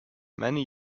many